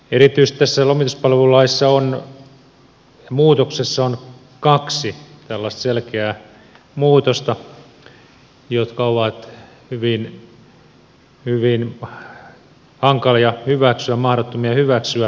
erityisesti tässä lomituspalvelulain muutoksessa on kaksi tällaista selkeää muutosta jotka ovat hyvin hankalia hyväksyä mahdottomia hyväksyä